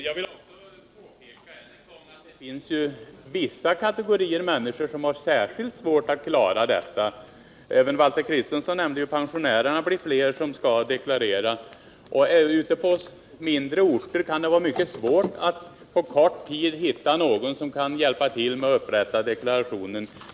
Jag vill också än en gång påpeka att det finns vissa kategorier människor som har särskilt svårt att hinna deklarera i tid. Valter Kristenson nämnde att det blir fler pensionärer som får deklarationsplikt. På mindre orter kan det vara svårt att på kort tid finna någon som kan hjälpa till att upprätta deklarationen.